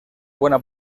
buena